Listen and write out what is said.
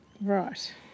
Right